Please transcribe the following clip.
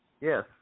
Yes